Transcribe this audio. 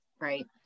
Right